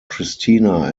christina